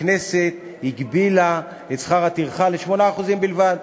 הכנסת הגבילה את שכר הטרחה ל-8% בלבד.